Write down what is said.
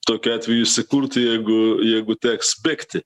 tokiu atveju įsikurti jeigu jeigu teks bėgti